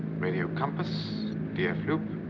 radio compass, d f. loop.